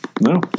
No